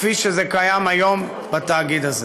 כפי שזה קיים היום בתאגיד הזה.